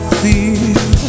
feel